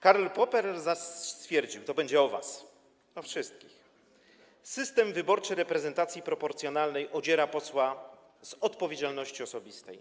Karl Popper zaś stwierdził - to będzie o was, o wszystkich - że system wyborczy reprezentacji proporcjonalnej odziera posła z odpowiedzialności osobistej.